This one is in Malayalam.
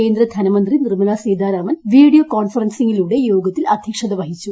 കേന്ദ്രധനമന്ത്രി നിർമ്മലാ സീതാരാമൻ വീഡിയോ കോൺഫറൻസിംഗിലൂടെ യോഗത്തിൽ അധ്യക്ഷത വഹിച്ചു